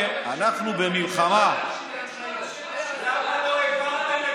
מה יעזור פיקוד העורף כשליברמן אומר לא להקשיב להנחיות?